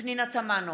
פנינה תמנו,